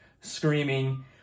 screaming